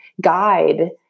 guide